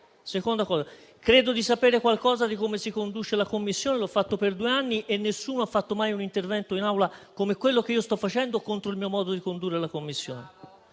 secondo luogo, credo di sapere qualcosa di come si conduce la Commissione: l'ho fatto per due anni e nessuno ha fatto mai un intervento in Aula come quello che io sto facendo contro il mio modo di condurre la Commissione.